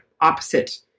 opposite